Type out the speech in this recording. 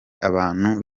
abantu